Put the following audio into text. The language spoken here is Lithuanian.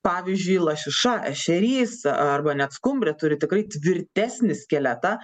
pavyzdžiui lašiša ešerys arba net skumbrė turi tikrai tvirtesnį skeletą